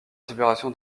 séparation